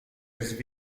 jest